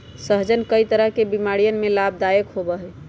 सहजन कई तरह के बीमारियन में लाभदायक होबा हई